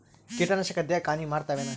ಕೀಟನಾಶಕ ದೇಹಕ್ಕ ಹಾನಿ ಮಾಡತವೇನು?